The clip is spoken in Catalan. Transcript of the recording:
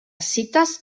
escites